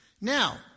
Now